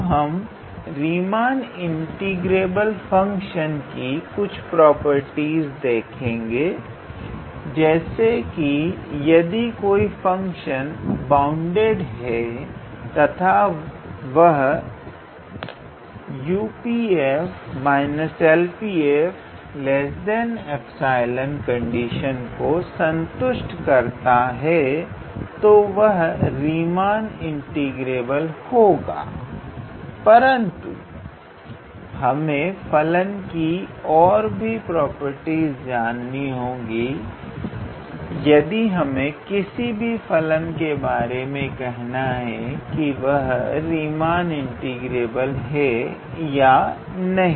अब हम Riemann integrable function कि कुछ प्रॉपर्टीस देखेंगे जैसे कि यदि कोई फलन बांडेड है तथा वह 𝑈𝑃 𝑓 − 𝐿𝑃 𝑓 𝜖 कंडीशन को संतुष्ट करता है तो वह रीमान इंटीग्रेबल होगा परंतु हमें फलन की और भी प्रॉपर्टीस जानी होंगी यदि हमें किसी भी फलन के बारे में यह कहना है कि वह रीमान इंटीग्रेबल है या नहीं